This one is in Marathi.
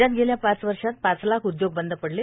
राज्यात गेल्या पाच वर्षांत पाच लाख उद्योग बंद पडले